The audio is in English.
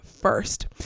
first